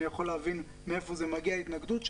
אני יכול להבין מאיפה מגיעה ההתנגדות שלהם.